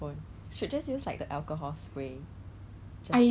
like different 那个 the one that I get from value shop is